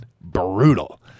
brutal